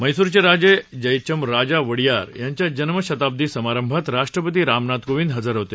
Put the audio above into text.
म्हैसूरचे राजे जयचमराजा वडीयार यांच्या जन्मशताब्दी समारंभात राष्ट्रपती रामनाथ कोविंद हजर होते